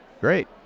Great